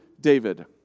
David